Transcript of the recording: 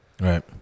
right